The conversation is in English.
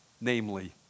namely